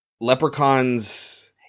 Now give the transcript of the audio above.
leprechauns